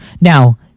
Now